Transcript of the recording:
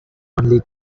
only